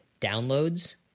downloads